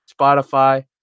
Spotify